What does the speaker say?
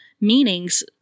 meanings